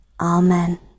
Amen